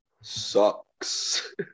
sucks